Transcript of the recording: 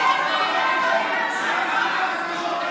מה זאת ההתעלמות הזאת?